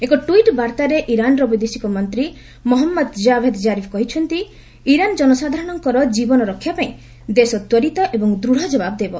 ଏକ ଟ୍ୱିଟ୍ ବାର୍ତ୍ତାରେ ଇରାନ୍ର ବୈଦେଶିକ ମନ୍ତ୍ରୀ ମହମ୍ମଦ ଜାଭେଦ୍ ଜାରିଫ୍ କହିଛନ୍ତି ଇରାନ୍ ଜନସାଧାରରଙ୍କର ଜୀବନ ରକ୍ଷାପାଇଁ ଦେଶ ତ୍ୱରିତ ଏବଂ ଦୂଢ଼ ଜବାବ ଦେବ